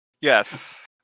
Yes